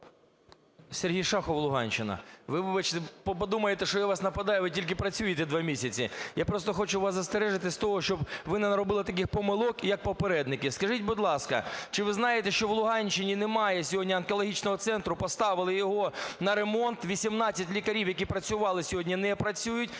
Сергій Шахов, Луганщина. Ви вибачте, подумаєте, що я на вас нападаю, ви тільки працюєте два місяці. Я просто хочу вас застережити з того, щоб ви не наробили таких помилок, як попередники. Скажіть, будь ласка, и ви знаєте, що на Луганщині немає сьогодні онкологічного центру, поставили його на ремонт, 18 лікарів, які працювали сьогодні, не працюють.